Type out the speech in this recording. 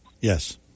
yes